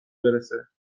برسه